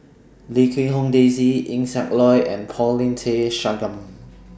Lim Quee Hong Daisy Eng Siak Loy and Paulin Tay Straughan